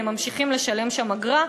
והם ממשיכים לשלם שם אגרה,